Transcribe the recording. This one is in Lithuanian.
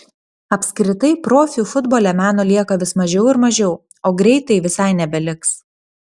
apskritai profių futbole meno lieka vis mažiau ir mažiau o greitai visai nebeliks